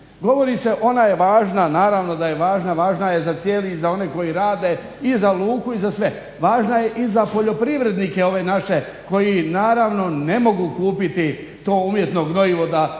govori se ona je važna, naravno da je važna, važna je za cijeli i za one koji rade, i za luku i za sve, važna je i za poljoprivrednike ove naše koji naravno ne mogu kupiti to umjetno gnojivo da posiju.